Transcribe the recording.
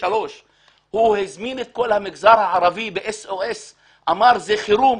ב-1993 הוא הזמין את כל המגזר הערבי בדחיפות ואמר שזה מקרה חרום,